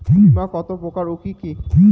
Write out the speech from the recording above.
বীমা কত প্রকার ও কি কি?